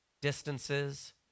distances